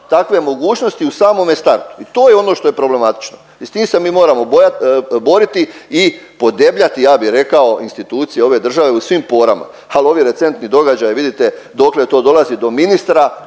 takve mogućnosti u samome startu. To je ono što je problematično. I s tim se mi moramo boriti i podebljati ja bih rekao institucije ove države u svim porama. Ali ovi recentni događaji vidite dokle to dolazi do ministra